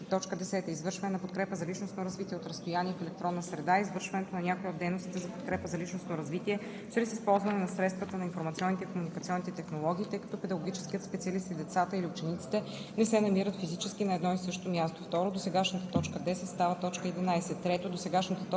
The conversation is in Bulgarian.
10: „10. „Извършване на подкрепа за личностно развитие от разстояние в електронна среда“ е извършването на някоя от дейностите за подкрепа за личностно развитие чрез използване на средствата на информационните и комуникационните технологии, тъй като педагогическият специалист и децата или учениците не се намират физически на едно и също място.“ 2. Досегашната т. 10 става т. 11. 3. Досегашната т. 11